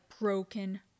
broken